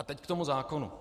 A teď k tomu zákonu.